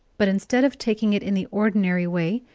but instead of taking it in the ordinary way,